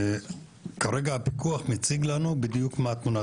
כרגע הפיקוח מציג לנו בדיוק מה תמונת